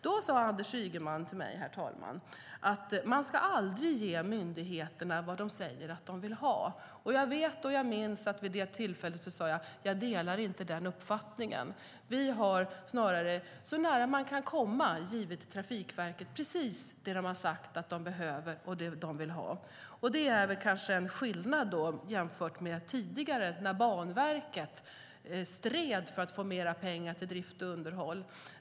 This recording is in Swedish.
Då, herr talman, sade Anders Ygeman till mig att man aldrig ska ge myndigheterna vad de säger att de vill ha. Jag minns att jag vid det tillfället sade: Jag delar inte den uppfattningen. Vi har snarare, så nära man kan komma, givit Trafikverket precis det de har sagt att de behöver och vill ha. Det är kanske skillnad jämfört med tidigare när Banverket stred för att få mer pengar till drift och underhåll.